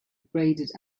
abraded